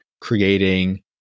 creating